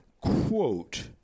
quote